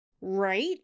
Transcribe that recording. Right